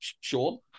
sure